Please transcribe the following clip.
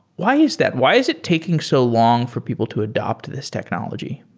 why is that? why is it taking so long for people to adapt to this technology?